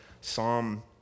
Psalm